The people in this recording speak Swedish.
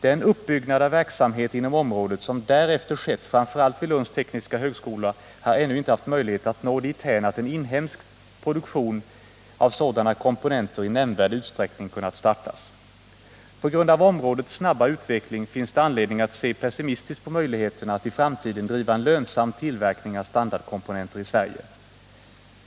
Den uppbyggnad av verksamhet inom området som därefter skett, framför allt vid Lunds tekniska högskola, har ännu inte haft möjlighet att nå dithän, att en inhemsk produktion av sådana komponenter i nämnvärd utsträckning kunnat startas. På grund av områdets snabba utveckling finns det anledning av se pessimistiskt på möjligheterna att i framtiden driva en lönsam tillverkning av standardkomponenter i Sverige.